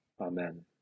amen